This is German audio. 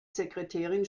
sekretärin